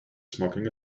smoking